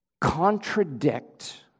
contradict